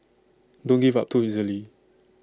don't give up too easily